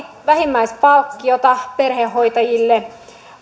vähimmäispalkkiota perhehoitajille